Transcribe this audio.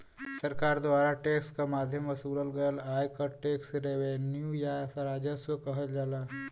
सरकार द्वारा टैक्स क माध्यम वसूलल गयल आय क टैक्स रेवेन्यू या राजस्व कहल जाला